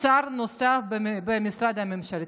שר נוסף במשרד הממשלתי?